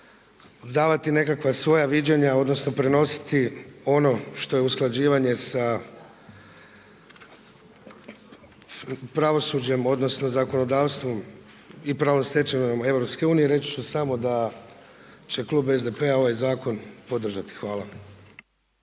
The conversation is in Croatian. davati nekakva svoja viđenja, odnosno prenositi ono što je usklađivanje sa pravosuđem, odnosno zakonodavstvom i pravnom stečevinom EU. Reći ću samo da će klub SDP-a ovaj zakon podržati. Hvala.